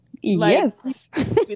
yes